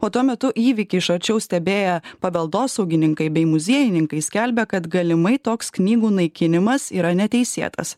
o tuo metu įvykį iš arčiau stebėję paveldosaugininkai bei muziejininkai skelbia kad galimai toks knygų naikinimas yra neteisėtas